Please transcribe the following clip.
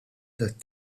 tat